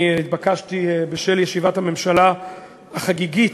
אני התבקשתי, בשל ישיבת הממשלה החגיגית,